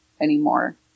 anymore